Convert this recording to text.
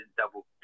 double